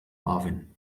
marvin